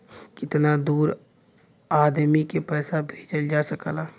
कितना दूर आदमी के पैसा भेजल जा सकला?